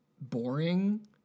boring